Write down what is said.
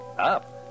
Up